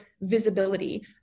visibility